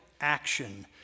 action